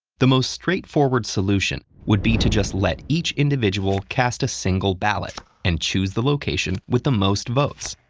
the most straightforward solution would be to just let each individual cast a single ballot, and choose the location with the most votes.